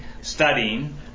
studying